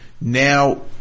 now